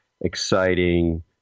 exciting